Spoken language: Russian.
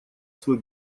свой